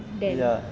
ya